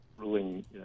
Ruling